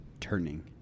turning